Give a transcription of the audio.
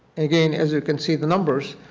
again, as you can see the numbers,